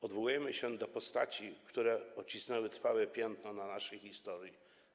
Odwołujemy się do postaci, które odcisnęły trwałe piętno na naszej historii.